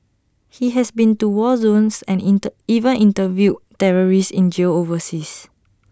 he has been to war zones and inter even interviewed terrorists in jails overseas